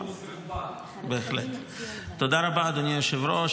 תודה רבה, אדוני היושב-ראש.